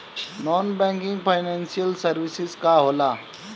Non banking financial services का होला?